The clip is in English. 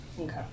Okay